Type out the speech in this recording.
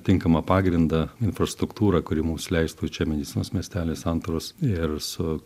tinkamą pagrindą infrastruktūrą kuri mums leistų čia medicinos miestely santaros ir su